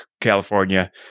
California